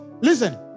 Listen